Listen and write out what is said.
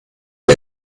sie